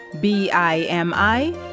b-i-m-i